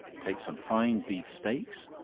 take some fine beef steaks,